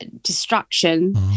destruction